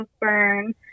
burn